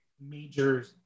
major